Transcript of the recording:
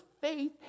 faith